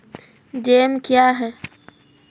Jam क्या हैं?